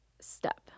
step